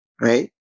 right